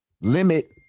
limit